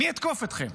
אני אתקוף אתכם.